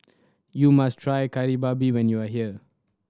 you must try Kari Babi when you are here